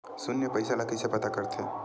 शून्य पईसा ला कइसे पता करथे?